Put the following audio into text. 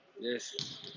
Yes